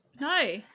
No